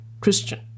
christian